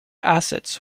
assets